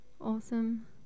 Awesome